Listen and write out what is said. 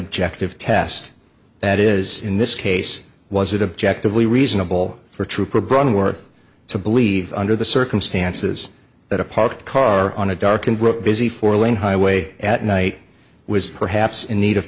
objective test that is in this case was it objectively reasonable for trooper braun worth to believe under the circumstances that a parked car on a darkened busy four lane highway at night was perhaps in need of